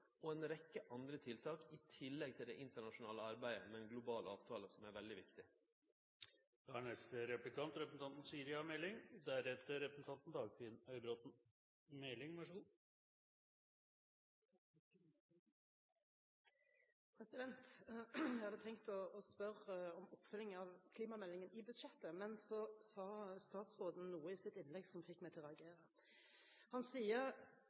og ei rekkje andre tiltak, i tillegg til det internasjonale arbeidet med ein global avtale som er veldig viktig. Jeg hadde tenkt til å spørre om oppfølging av klimameldingen i budsjettet, men så sa statsråden noe i sitt innlegg som fikk meg til å reagere. Han sier